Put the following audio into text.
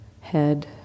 head